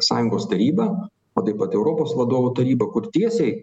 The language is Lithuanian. sąjungos taryba o taip pat europos vadovų taryba kur tiesiai